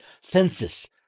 census